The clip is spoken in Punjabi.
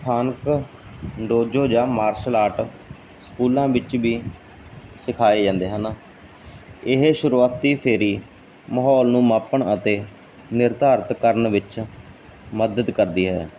ਸਥਾਨਕ ਦੋਜੋ ਜਾਂ ਮਾਰਸਲ ਆਰਟ ਸਕੂਲਾਂ ਵਿੱਚ ਵੀ ਸਿਖਾਏ ਜਾਂਦੇ ਹਨ ਇਹ ਸ਼ੁਰੂਆਤੀ ਫੇਰੀ ਮਾਹੌਲ ਨੂੰ ਮਾਪਣ ਅਤੇ ਨਿਰਧਾਰਿਤ ਕਰਨ ਵਿੱਚ ਮਦਦ ਕਰਦੀ ਹੈ